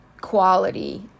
quality